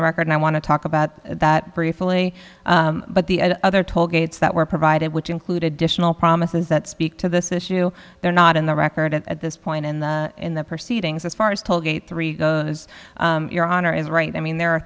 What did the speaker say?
the record and i want to talk about that briefly but the other tollgates that were provided which include additional promises that speak to this issue they're not in the record at this point in the in the proceedings as far as tollgate three goes your honor is right i mean there are